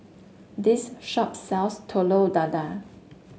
this shop sells Telur Dadah